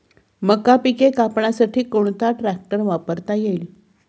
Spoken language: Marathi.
मका पिके कापण्यासाठी कोणता ट्रॅक्टर वापरता येईल?